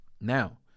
Now